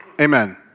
Amen